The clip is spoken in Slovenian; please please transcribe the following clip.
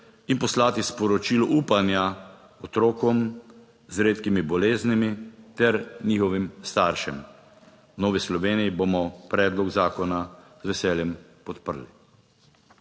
in poslati sporočilo upanja otrokom z redkimi boleznimi ter njihovim staršem. V Novi Sloveniji bomo predlog zakona z veseljem podprli.